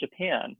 Japan